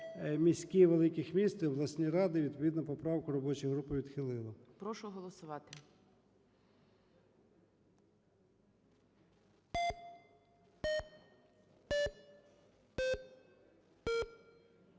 міські (великих міст) і обласні ради. Відповідно поправку робоча група відхилила. ГОЛОВУЮЧИЙ. Прошу голосувати.